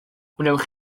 wnewch